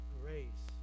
grace